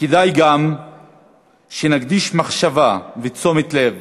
כדאי גם שנקדיש מחשבה ותשומת לב